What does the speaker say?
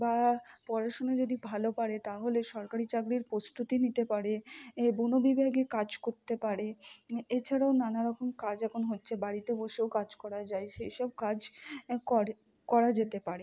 বা পড়াশুনো যদি ভালো পারে তাহলে সরকারি চাকরির প্রস্তুতি নিতে পারে এ বন বিভাগের কাজ করতে পারে এছাড়াও নানা রকম কাজ এখন হচ্ছে বাড়িতে বসেও কাজ করা যায় সেইসব কাজ করে করা যেতে পারে